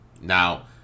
Now